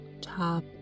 top